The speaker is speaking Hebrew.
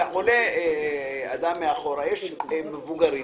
עולה אדם מאחור, יש מבוגרים.